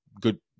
good